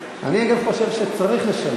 כשמדובר על, אני, אגב, חושב שצריך לשלם.